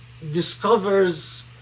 discovers